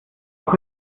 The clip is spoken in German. auch